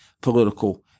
political